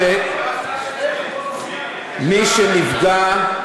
מי שנפגע,